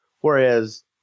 Whereas